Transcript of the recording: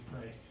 pray